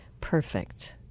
perfect